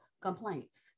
complaints